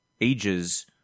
ages